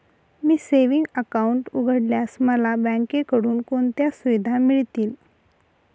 मी savings account उघडल्यास मला बँकेकडून कोणत्या सुविधा मिळतील?